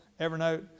Evernote